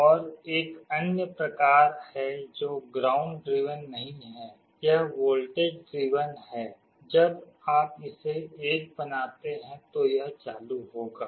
और एक अन्य प्रकार है जो ग्राउंड ड्रिवेन नहीं है यह वोल्टेज ड्रिवेन है जब आप इसे 1 बनाते हैं तो यह चालू होगा